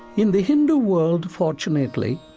in the hindu world, fortunately,